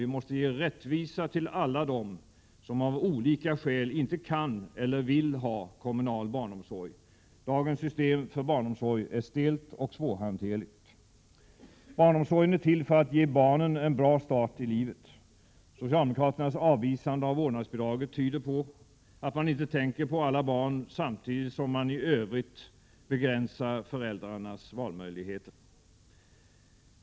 Vi måste ge rättvisa till alla dem som av olika skäl inte kan eller vill ha kommunal barnomsorg. Dagens system för barnomsorg är stelt och svårhanterligt. Barnomsorgen är till för att ge barnen en bra start i livet. Socialdemokraternas avvisande av vårdnadsbidraget tyder på att de inte tänker på alla barn, samtidigt som socialdemokraterna i övrigt begränsar föräldrarnas valmöjligheter.